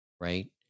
right